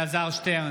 אלעזר שטרן,